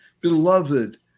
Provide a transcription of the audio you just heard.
beloved